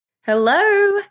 Hello